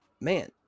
Man